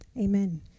Amen